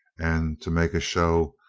and to make a show,